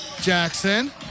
Jackson